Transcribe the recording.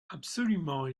absolument